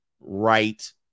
right